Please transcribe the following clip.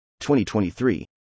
2023